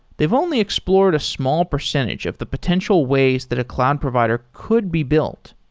they've only explored a small percentage of the potential ways that a cloud provider could be built.